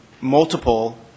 multiple